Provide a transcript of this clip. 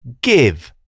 give